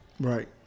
Right